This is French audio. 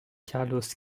carlos